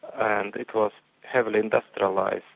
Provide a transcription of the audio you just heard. and it was heavily industrialised,